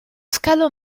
scalo